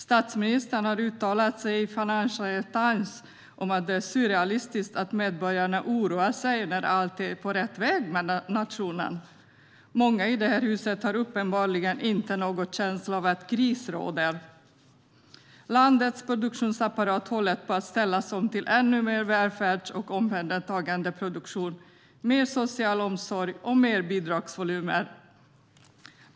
Statsministern har uttalat i Financial Times att det är surrealistiskt att medborgarna oroar sig när allt är på rätt väg med nationen. Många i det här huset har uppenbarligen inte någon känsla av att kris råder. Landets produktionsapparat håller på att ställas om till ännu mer välfärds och omhändertagandeproduktion, mer social omsorg och mer bidragsvolymer.